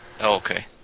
Okay